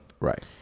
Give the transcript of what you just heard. Right